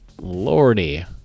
lordy